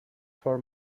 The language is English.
for